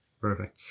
perfect